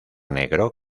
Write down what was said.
negro